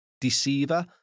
Deceiver